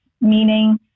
Meaning